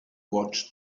watched